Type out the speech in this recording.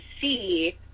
see